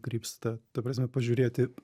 krypsta ta prasme pažiūrėti